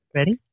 Ready